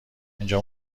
اینجا